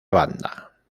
banda